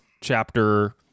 chapter